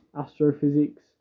astrophysics